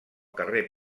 carrer